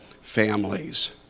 families